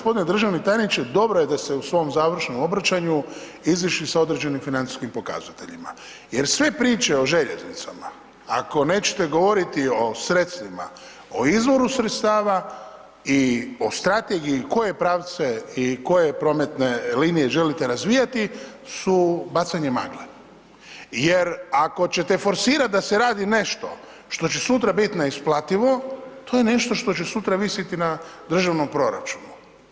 Hvala lijepo. g. Državni tajniče, dobro je da ste u svom završnom obraćanju izišli sa određenim financijskim pokazateljima jer sve priče o željeznicama ako nećete govoriti o sredstvima, o izvoru sredstava i o strategiji koje pravce i koje prometne linije želite razvijati su bacanje magle jer ako ćete forsirat da se radi nešto što će sutra bit neisplativo, to je nešto što će sutra visiti na državnom proračunu.